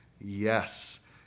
Yes